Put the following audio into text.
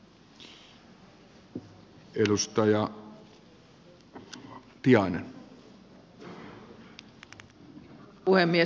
arvoisa puhemies